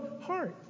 heart